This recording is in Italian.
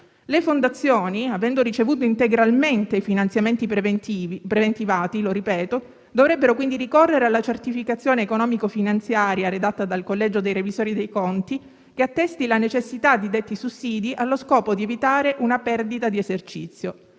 Le fondazioni, avendo ricevuto integralmente i finanziamenti preventivati - lo ripeto - dovrebbero quindi ricorrere alla certificazione economico-finanziaria redatta dal collegio dei revisori dei conti, che attesti la necessità di detti sussidi allo scopo di evitare una perdita di esercizio.